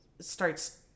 starts